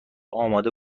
اماده